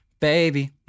baby